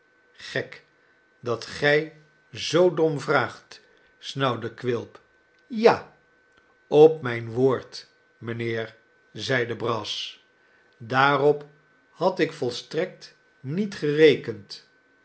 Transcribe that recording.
gek dat gij zoo dom vraagt snauwde quilp ja op mijn woord mijnheer zeide brass daarop had ik volstrekt niet gerekend